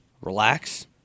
relax